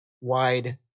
wide